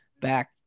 back